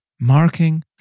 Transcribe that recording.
marking